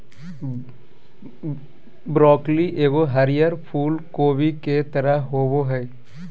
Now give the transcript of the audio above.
broccoli एगो हरीयर फूल कोबी के तरह होबो हइ